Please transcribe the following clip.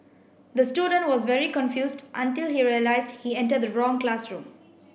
the student was very confused until he realised he entered the wrong classroom